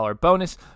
bonus